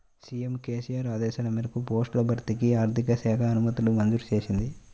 CM KCR ఆదేశాల మేరకు పోస్టుల భర్తీకి ఆర్థిక శాఖ అనుమతులు మంజూరు చేసింది